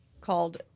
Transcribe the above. called